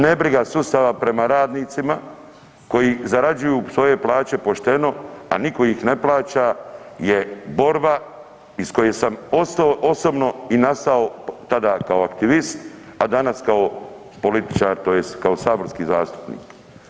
Nebriga sustava prema radnicima koji zarađuju svoje plaće pošteno, a nitko ih ne plaća je borba iz koje sam postao osobno i nastao, tada kao aktivist, a danas kao političar, tj. kao saborski zastupnik.